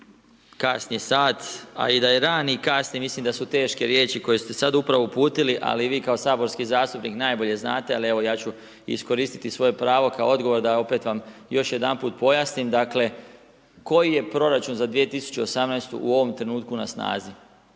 kasni sat, a i da je rani i kasni mislim da su teške riječi koje ste sad upravo uputili ali vi kao saborski zastupnik najbolje znate, ali evo ja ću iskoristiti svoje pravo kao odgovor da opet vam još jedanput pojasnim. Dakle, koji je proračun za 2018. u ovom trenutku na snazi,